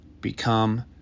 become